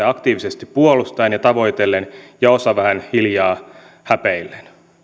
aktiivisesti puolustaen ja tavoitellen ja osa vähän hiljaa häpeillen